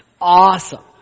awesome